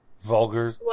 vulgar